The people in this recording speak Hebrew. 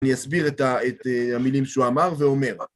אני אסביר את המילים שהוא אמר ואומר.